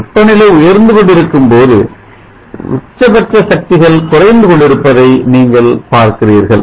வெப்பநிலை உயர்ந்து கொண்டிருக்கும் போது உச்சபட்சசக்திகள் குறைந்து கொண்டிருப்பதை நீங்கள் பார்க்கிறீர்கள்